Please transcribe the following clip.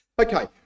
Okay